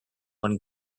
when